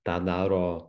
tą daro